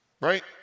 right